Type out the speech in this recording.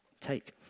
Take